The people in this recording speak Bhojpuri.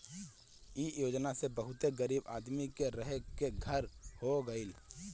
इ योजना से बहुते गरीब आदमी के रहे के घर हो गइल